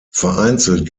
vereinzelt